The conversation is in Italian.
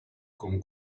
con